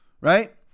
right